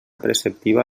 preceptiva